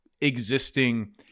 existing